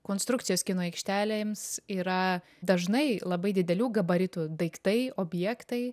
konstrukcijos kino aikštelėms yra dažnai labai didelių gabaritų daiktai objektai